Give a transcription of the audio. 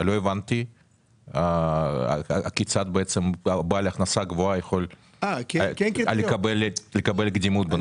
לא הבנתי כיצד בעל הכנסה גבוהה יכול לקבל קדימות בנושא.